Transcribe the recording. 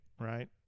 Right